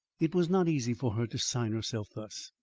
it was not easy for her to sign herself thus.